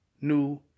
New